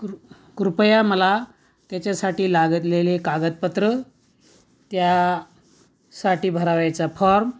कृ कृपया मला त्याच्यासाठी लागतलेले कागदपत्रं त्यासाठी भरावायचा फॉर्म